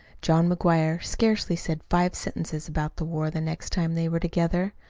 john mcguire scarcely said five sentences about the war the next time they were together,